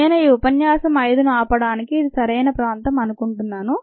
నేను ఈ ఉపన్యాసం 5ను ఆపడానికి ఇది సరియైన ప్రాంతం అనుకుంటున్నాను